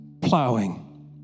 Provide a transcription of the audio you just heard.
plowing